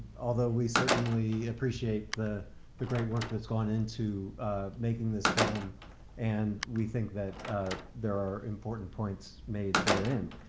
although we certainly appreciate the the great work that's gone into making this film and we think that there are important points made therein.